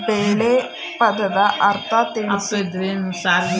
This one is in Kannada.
ಬೆಳೆ ಪದದ ಅರ್ಥ ತಿಳಿಸಿ?